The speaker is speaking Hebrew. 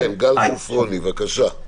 גל שופרוני, בבקשה.